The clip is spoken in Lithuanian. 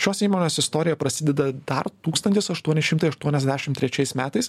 šios įmonės istorija prasideda dar tūkstantis aštuoni šimtai aštuoniasdešim trečiais metais